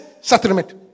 settlement